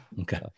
Okay